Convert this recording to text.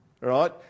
right